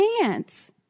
pants